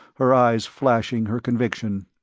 her eyes flashing her conviction.